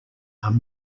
are